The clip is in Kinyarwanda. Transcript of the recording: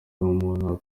w’umuntu